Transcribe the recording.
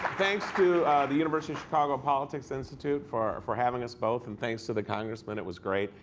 thanks to the university of chicago politics institute for for having us both. and thanks to the congressman. it was great.